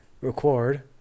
Record